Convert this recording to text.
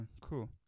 cool